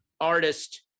artist